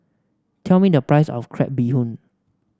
tell me the price of Crab Bee Hoon